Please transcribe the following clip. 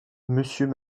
monsieur